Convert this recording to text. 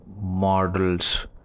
models